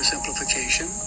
simplification